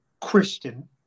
Christian